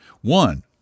One